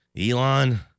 Elon